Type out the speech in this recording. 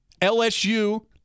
LSU